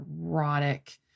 erotic